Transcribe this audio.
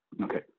okay